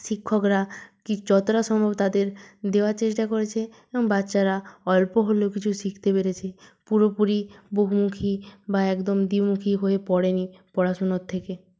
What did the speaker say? শিক্ষকরা কি যতটা সম্ভব তাদের দেওয়ার চেষ্টা করেছে এবং বাচ্চারা অল্প হলেও কিছু শিখতে পেরেছে পুরোপুরি বহুমুখী বা একদম দ্বিমুখী হয়ে পড়েনি পড়াশুনোর থেকে